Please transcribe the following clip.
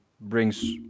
brings